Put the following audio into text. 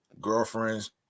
girlfriends